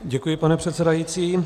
Děkuji, pane předsedající.